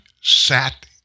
sat